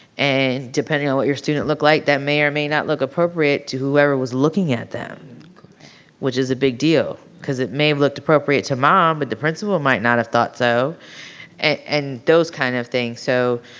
and depending on what your student look like, that may or may not look appropriate to whoever was looking at them which is a big deal. cause it may have looked appropriate to mom but the principal might not have thought so and those kinds of things. so,